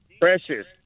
precious